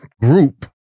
group